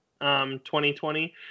2020